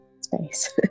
space